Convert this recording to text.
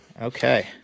okay